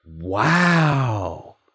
wow